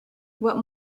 what